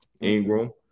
Ingram